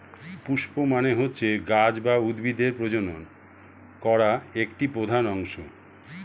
পুস্প মানে হচ্ছে গাছ বা উদ্ভিদের প্রজনন করা একটি প্রধান অংশ